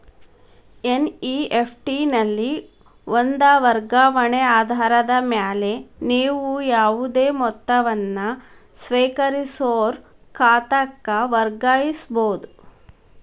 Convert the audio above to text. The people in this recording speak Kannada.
ಎನ್.ಇ.ಎಫ್.ಟಿ ನಲ್ಲಿ ಒಂದ ವರ್ಗಾವಣೆ ಆಧಾರದ ಮ್ಯಾಲೆ ನೇವು ಯಾವುದೇ ಮೊತ್ತವನ್ನ ಸ್ವೇಕರಿಸೋರ್ ಖಾತಾಕ್ಕ ವರ್ಗಾಯಿಸಬಹುದ್